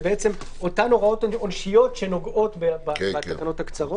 אלה אותן הוראות עונשיות שנוגעות בתקנות הקצרות.